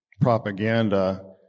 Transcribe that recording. propaganda